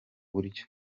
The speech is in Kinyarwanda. buryo